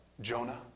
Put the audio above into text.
Jonah